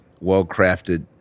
well-crafted